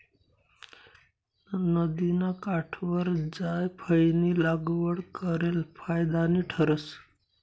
नदिना काठवर जायफयनी लागवड करेल फायदानी ठरस